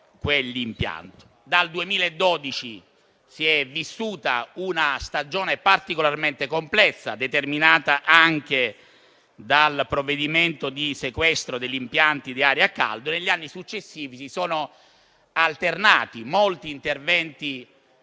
l'impianto. Dal 2012 si è vissuta una stagione particolarmente complessa, determinata anche dal provvedimento di sequestro degli impianti dell'area a caldo e, negli anni successivi, si sono alternati molti interventi